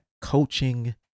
coaching